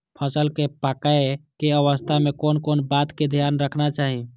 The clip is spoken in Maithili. फसल के पाकैय के अवस्था में कोन कोन बात के ध्यान रखना चाही?